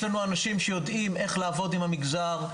יש לנו אנשים שיודעים איך לעבוד עם המגזר,